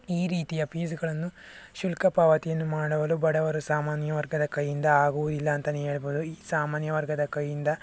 ಈ ರೀತಿಯ ಫೀಸುಗಳನ್ನು ಶುಲ್ಕ ಪಾವತಿಯನ್ನು ಮಾಡಲು ಬಡವರು ಸಾಮಾನ್ಯ ವರ್ಗದ ಕೈಯ್ಯಿಂದ ಆಗೋದಿಲ್ಲ ಅಂತಲೇ ಹೇಳ್ಬೋದು ಸಾಮಾನ್ಯ ವರ್ಗದ ಕೈಯ್ಯಿಂದ